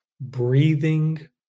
breathing